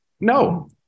No